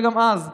וגם אז,